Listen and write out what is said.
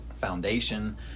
foundation